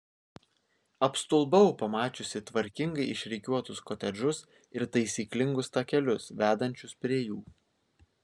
apstulbau pamačiusi tvarkingai išrikiuotus kotedžus ir taisyklingus takelius vedančius prie jų